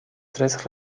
tres